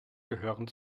gehören